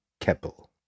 Keppel